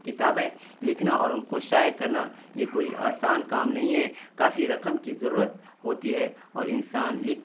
کتابیں لکھنا اور ان کو شائع کرنا یہ کوئی آسان کام نہیں ہے کافی رقم کی ضرورت ہوتی ہے اور انسان لکھ